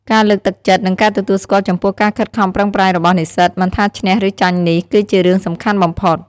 ការលើកទឹកចិត្ត និងការទទួលស្គាល់ចំពោះការខិតខំប្រឹងប្រែងរបស់និស្សិត មិនថាឈ្នះ ឬចាញ់នេះ គឺជារឿងសំខាន់បំផុត។